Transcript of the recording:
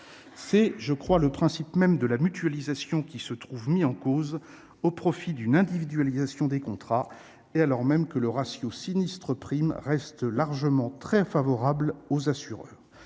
C'est le principe même de la mutualisation qui se trouve mis en cause au profit d'une individualisation des contrats, alors même que le ratio de sinistres à primes reste largement favorable aux assureurs.